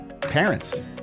Parents